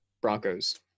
Broncos